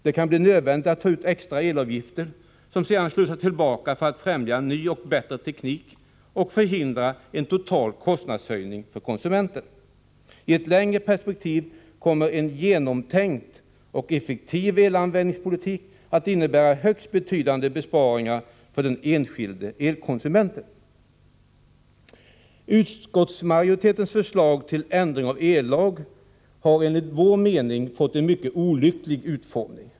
Det kan bli nödvändigt att ta ut en extra elavgift, som sedan slussas tillbaka för att främja ny och bättre teknik och förhindra en total kostnadshöjning för konsumenten. I ett längre perspektiv kommer en genomtänkt och effektiv elanvändningspolitik att innebära högst betydande besparingar för den enskilde elkonsumenten. Utskottsmajoritetens förslag till ändring av ellagen har enligt vår mening fått en mycket olycklig utformning.